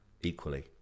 equally